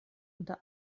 unter